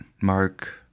Mark